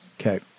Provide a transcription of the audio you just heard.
okay